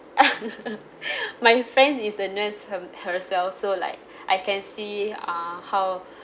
my friend is a nurse her herself so like I can see uh how